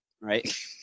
right